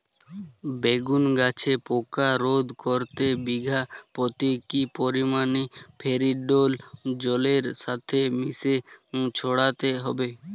বেগুন গাছে পোকা রোধ করতে বিঘা পতি কি পরিমাণে ফেরিডোল জলের সাথে মিশিয়ে ছড়াতে হবে?